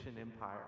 empire